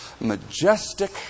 majestic